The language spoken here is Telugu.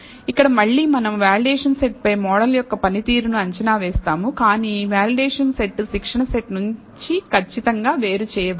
ఇక్కడ మళ్ళీమనం వాలిడేషన్ సెట్ పై మోడల్ యొక్క పనితీరును అంచనా వేస్తాము కానీ వాలిడేషన్ సెట్ శిక్షణ సెట్ నుండి ఖచ్చితంగా వేరు చేయబడదు